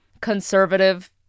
conservative